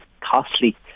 costly